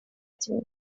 этим